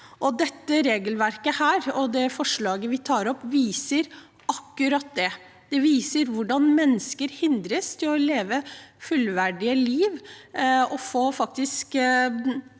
vi tar opp, viser akkurat det. Det viser hvordan mennesker hindres i å leve et fullverdig liv og få